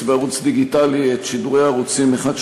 בערוץ דיגיטלי את שידורי הערוצים 1,